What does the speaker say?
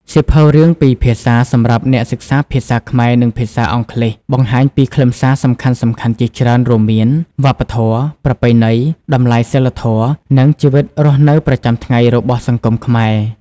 សៀវភៅរឿងពីរភាសាសម្រាប់អ្នកសិក្សាភាសាខ្មែរ និងភាសាអង់គ្លេសបង្ហាញពីខ្លឹមសារសំខាន់ៗជាច្រើន រួមមាន វប្បធម៌ ប្រពៃណី តម្លៃសីលធម៌ និង ជីវិតរស់នៅប្រចាំថ្ងៃ របស់សង្គមខ្មែរ។